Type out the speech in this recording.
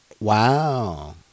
Wow